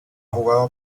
jugado